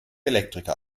elektriker